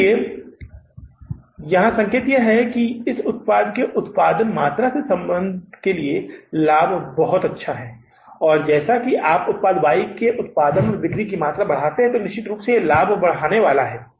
इसलिए यहाँ संकेत यह है कि इस उत्पाद के उत्पादन मात्रा से संबंध के लिए लाभ बहुत बहुत अच्छा है और जैसा कि आप उत्पाद Y के उत्पादन और बिक्री की मात्रा बढ़ाते हैं निश्चित रूप से लाभ बढ़ने वाला है